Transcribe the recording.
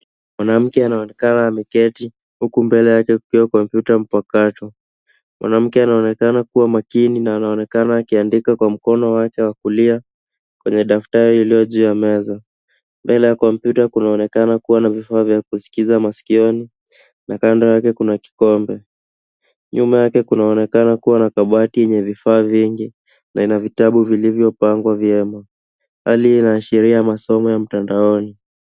Mwanamke anaonekana ameketi huku mbele yake kukiwa kompyuta mpakato. Mwanamke anaonekana kuwa makini na anaonekana akiandika kwa mkono wake wa kulia kwenye daftari lililo juu ya meza. Mbele ya kompyuta kunaonekana kuwa na vifaa vya kuskiza masikioni na kando yake kuna kikombe. Nyuma yake kunaonekana kuwa na kabati yenye vifaa vingi na ina vitabu vilivyopangwa vyema. Hali hii inaashiria masomo ya mtandaoni.